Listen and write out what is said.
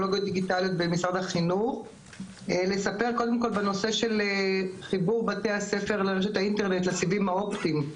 אספר קודם כול על נושא חיבור בתי הספר לרשות האינטרנט לסיבים האופטיים.